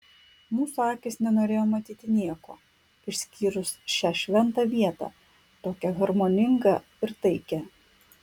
mūsų akys nenorėjo matyti nieko išskyrus šią šventą vietą tokią harmoningą ir taikią